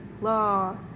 law